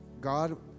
God